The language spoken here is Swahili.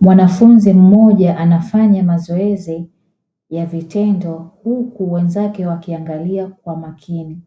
Mwanafunzi mmoja anafanya mazoezi ya vitendo huku wenzake wakiangalia kwa makini,